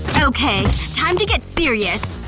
okay. time to get serious.